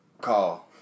Call